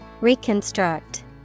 Reconstruct